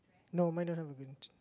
no mine doesn't have